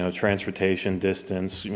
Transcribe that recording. ah transportation, distance,